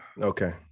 Okay